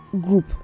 group